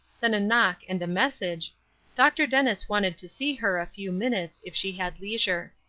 then a knock and a message dr. dennis wanted to see her a few minutes, if she had leisure.